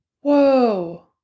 Whoa